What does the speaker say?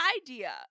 idea